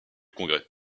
congrès